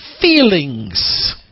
feelings